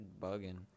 bugging